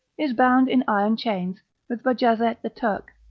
is bound in iron chains, with bajazet the turk,